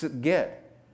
get